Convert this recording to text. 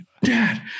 Dad